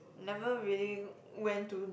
never really went to